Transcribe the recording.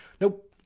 Nope